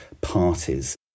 parties